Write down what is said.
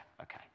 Okay